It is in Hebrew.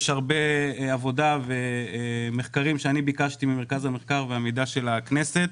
יש הרבה עבודה ומחקרים שביקשתי ממרכז המחקר והמידע של הכנסת.